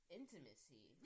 intimacy